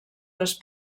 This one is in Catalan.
les